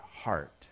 heart